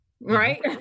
right